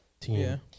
team